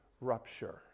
rupture